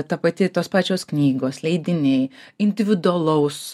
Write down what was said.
ta pati tos pačios knygos leidiniai individualaus